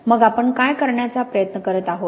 मग आपण काय करण्याचा प्रयत्न करत आहोत